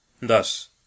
Thus